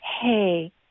Hey